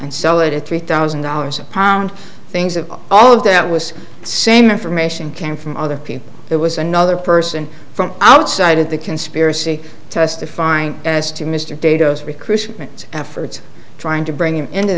and sell it at three thousand dollars a pound things of all of that was the same information came from other people it was another person from outside of the conspiracy testifying as to mr dados recruitment efforts trying to bring him